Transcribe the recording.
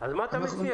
אז מה אתה מציע?